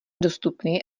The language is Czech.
dostupný